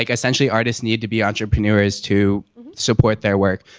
like essentially artists need to be entrepreneurs to support their work,